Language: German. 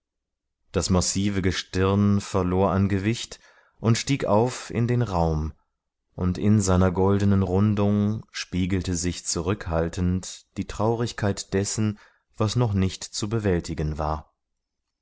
das massive gestirn verlor an gewicht und stieg auf in den raum und in seiner goldenen rundung spiegelte sich zurückhaltend die traurigkeit dessen was noch nicht zu bewältigen war